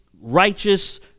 righteous